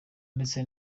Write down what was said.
ndetse